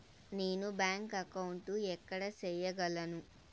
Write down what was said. నేను bank account ఎక్కడ సేయగలను